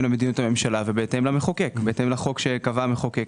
למדיניות הממשלה ובהתאם לחוק שקבע המחוקק.